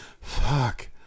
fuck